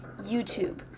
YouTube